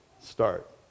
start